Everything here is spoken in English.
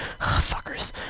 Fuckers